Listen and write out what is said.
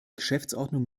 geschäftsordnung